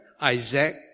Isaac